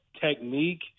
technique